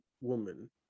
woman